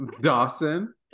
Dawson